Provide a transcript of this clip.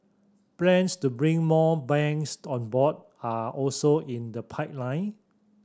plans to bring more banks on board are also in the pipeline